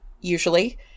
usually